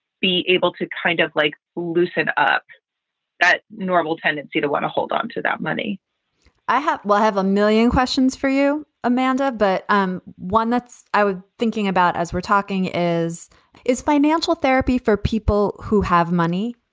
be able to kind of like loosen up that normal tendency to want to hold on to that money i have we'll have a million questions for you, amanda. but um one that's i was thinking about as we're talking is is financial therapy for people who have money.